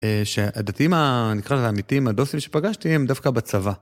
שהדתיים ה..נקרא לזה אמיתיים הדוסרים שפגשתי הם דווקא בצבא.